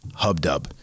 HubDub